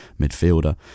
midfielder